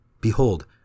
Behold